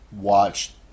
watch